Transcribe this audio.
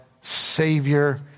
Savior